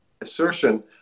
assertion